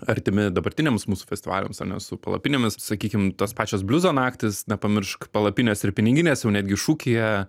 artimi dabartiniams mūsų festivaliams ane su palapinėmis sakykim tos pačios bliuzo naktys nepamiršk palapinės ir piniginės jau netgi šūkyje